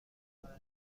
باید